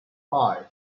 five